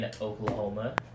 Oklahoma